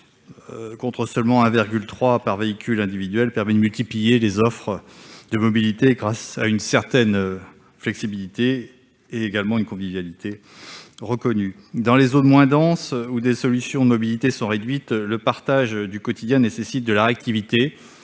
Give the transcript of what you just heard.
contre seulement 1,3 personne par véhicule individuel, permet de multiplier les offres de mobilité grâce à une certaine flexibilité et à une convivialité reconnue. Dans les zones moins denses, où les solutions de mobilité sont réduites, le partage du quotidien nécessite de la réactivité